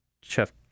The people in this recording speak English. Chef